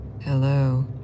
Hello